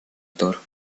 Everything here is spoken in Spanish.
thor